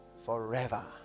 forever